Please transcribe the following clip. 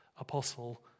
apostle